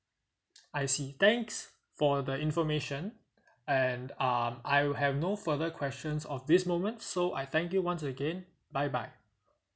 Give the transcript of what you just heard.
I see thanks for the information and um I'll have no further questions of this moment so I thank you once again bye bye